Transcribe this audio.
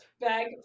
Bag